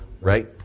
right